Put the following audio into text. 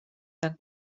tant